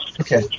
Okay